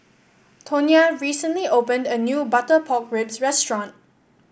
Tonia recently opened a new Butter Pork Ribs restaurant